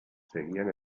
seguían